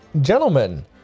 gentlemen